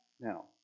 now